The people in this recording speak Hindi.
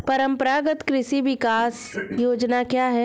परंपरागत कृषि विकास योजना क्या है?